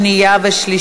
בעד, 37